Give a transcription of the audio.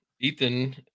Ethan